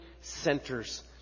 centers